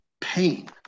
pain